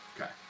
Okay